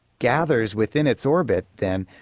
gathers within its orbit then,